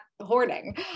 hoarding